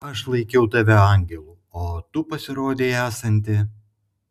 aš laikiau tave angelu o tu pasirodei esanti